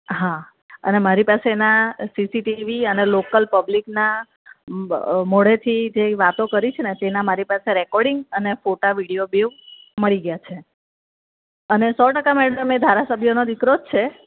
હા અને મારી પાસે એના સીસીટીવી અને લોકલ પબ્લિકનાં બ મોઢેથી જે વાતો કરી છેને તેના મારી પાસે રેકોર્ડીંગ અને ફોટા વિડીયો બેઉ મળી ગયાં છે અને સો ટકા મેમ તમે ધારાસભ્યનો દીકરો જ છે